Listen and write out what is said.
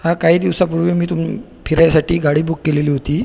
हा काही दिवसापूर्वी मी तुम फिरायसाठी गाडी बूक केलेली होती